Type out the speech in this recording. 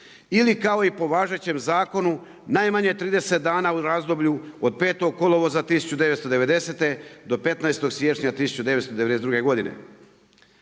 ili kao i po važećem zakonu najmanje 30 dana u razdoblju od 5.8.1990.-15.1.1992. godine.